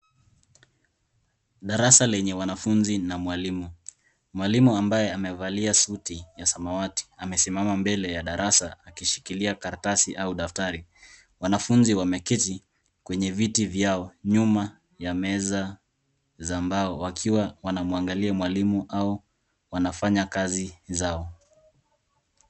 Darasa lenye wanafunzi na mwalimu. Mwalimu ambaye amevalia suti ya samawati amesimama mbele ya darasa akishikilia karatasi au daftari. Wanafunzi wameketi kwenye viti vyao nyuma ya meza za mbao wakiwa wanamwangalia mwalimu au wanafanya kazi zao.